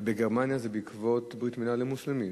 בגרמניה זה בעקבות ברית-מילה למוסלמים,